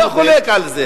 אני לא חולק על זה.